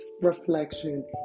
Reflection